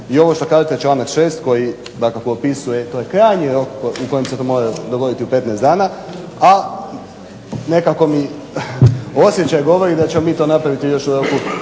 I ovo što kažete članak 6. koji dakako opisuje i to je krajnji rok u kojem se to mora dogoditi u 15 dana, a nekako mi osjećaj govori da ćemo mi to napraviti još ovoga